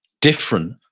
different